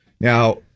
Now